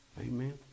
Amen